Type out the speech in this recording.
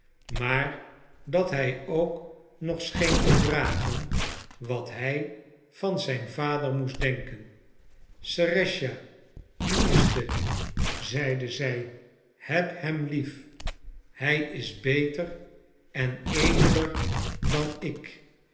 maar dat hij ook nog scheen te vragen wat hij van zijn vader moest denken serëscha liefste zeide zij heb hem lief hij is beter en edeler dan ik